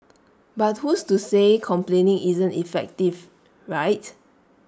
but who's to say complaining isn't effective right